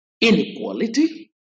inequality